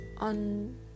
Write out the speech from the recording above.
on